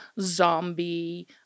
zombie